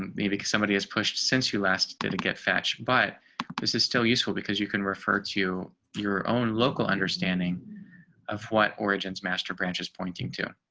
me because somebody has pushed since we last did get fetch, but this is still useful because you can refer to your own local understanding of what origins master branch is pointing to.